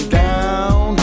down